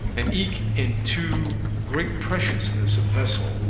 and eke in too great preciousness of vessel,